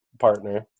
partner